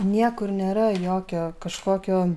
niekur nėra jokio kažkokio